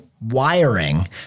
wiring